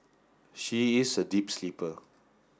she is a deep sleeper